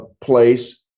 place